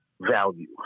value